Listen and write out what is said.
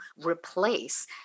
replace